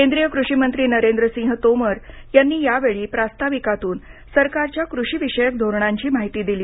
केंद्रीय कृषी मंत्री नरेंद्रसिंह तोमर यांनी यावेळी प्रास्ताविकातून सरकारच्या कृषिविषयक धोरणांची माहिती दिली